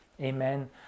Amen